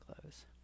clothes